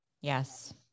Yes